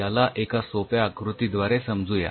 याला एका सोप्या आकृतीद्वारे समजू या